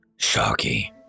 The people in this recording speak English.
Sharky